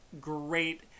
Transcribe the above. great